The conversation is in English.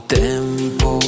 tempo